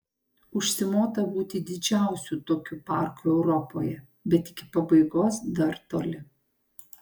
užsimota būti didžiausiu tokiu parku europoje bet iki pabaigos dar toli